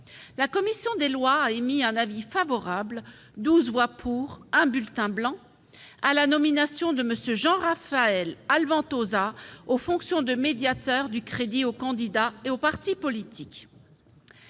la commission des lois a émis un avis favorable- 12 voix pour, 1 bulletin blanc -à la nomination de M. Jean-Raphaël Alventosa aux fonctions de médiateur du crédit aux candidats et aux partis politiques.